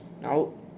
now